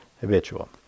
habitual